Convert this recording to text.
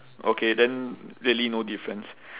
okay then really no difference